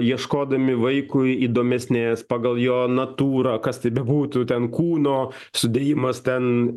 ieškodami vaikui įdomesnės pagal jo natūrą kas tai bebūtų ten kūno sudėjimas ten